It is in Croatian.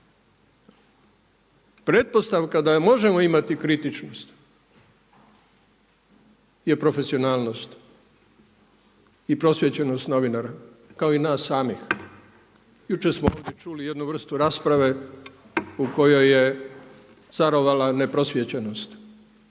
Pretpostavka da možemo imati kritičnost je profesionalnost i prosvjećenost novinara kao i nas samih. Jučer smo ovdje čuli jednu vrstu rasprave u kojoj je carovala neprosvijećenost.